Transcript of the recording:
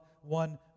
one